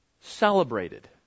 celebrated